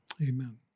Amen